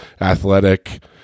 athletic